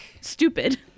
stupid